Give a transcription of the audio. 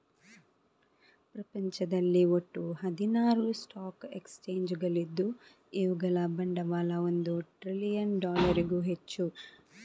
ಪ್ರಪಂಚದಲ್ಲಿ ಒಟ್ಟು ಹದಿನಾರು ಸ್ಟಾಕ್ ಎಕ್ಸ್ಚೇಂಜುಗಳಿದ್ದು ಇವುಗಳ ಬಂಡವಾಳ ಒಂದು ಟ್ರಿಲಿಯನ್ ಡಾಲರಿಗೂ ಹೆಚ್ಚು